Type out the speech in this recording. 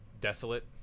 Desolate